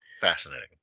Fascinating